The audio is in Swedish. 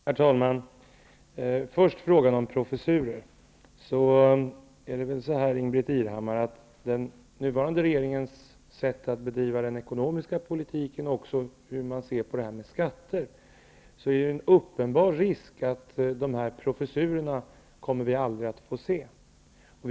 Herr talman! Först frågan om professurer. Den nuvarande regeringens sätt att bedriva den ekonomiska politiken och dess syn på skatter innebär en uppenbar risk för att vi aldrig kommer att se dessa professurer.